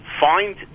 find